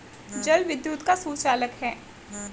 जल विद्युत का सुचालक है